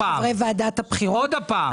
עוד פעם.